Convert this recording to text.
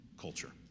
culture